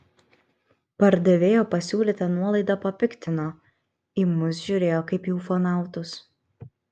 pardavėjo pasiūlyta nuolaida papiktino į mus žiūrėjo kaip į ufonautus